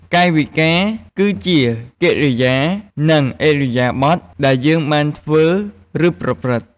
កាយវិការ គឺជាកិរិយា និងឥរិយាបថដែលយើងបានធ្វើ ឬ ប្រព្រឹត្តិ។